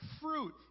fruit